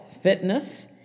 fitness